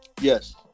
Yes